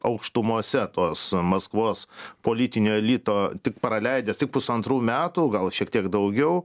aukštumose tos maskvos politinio elito tik praleidęs tik pusantrų metų gal šiek tiek daugiau